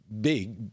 big